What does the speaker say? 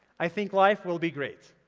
i think life will be great.